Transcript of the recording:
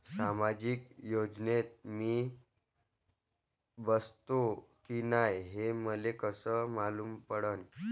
सामाजिक योजनेत मी बसतो की नाय हे मले कस मालूम पडन?